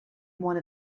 one